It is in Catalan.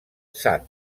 sant